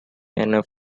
enough